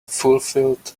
fulfilled